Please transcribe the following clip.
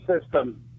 system